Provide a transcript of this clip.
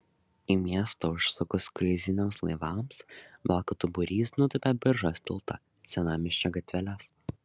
į miestą užsukus kruiziniams laivams valkatų būrys nutūpia biržos tiltą senamiesčio gatveles